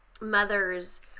mothers